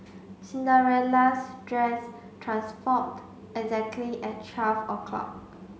Cinderella's dress transformed exactly at twelve o'clock